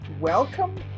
Welcome